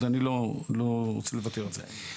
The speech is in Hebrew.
אז אני לא רוצה לוותר על זה.